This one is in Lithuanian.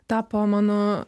tapo mano